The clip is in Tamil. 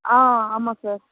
ஆ ஆமாம்